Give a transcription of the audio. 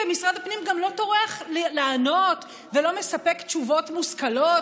ומשרד הפנים גם לא טורח לענות ולא מספק תשובות מושכלות,